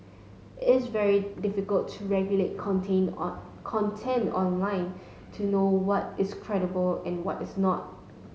is very difficult to regulate contain on content online to know what is credible and what is not